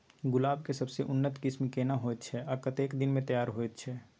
गुलाब के सबसे उन्नत किस्म केना होयत छै आ कतेक दिन में तैयार होयत छै?